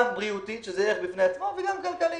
בריאותית שזה ערך בפני עצמו וגם כלכלית.